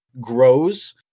grows